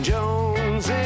Jones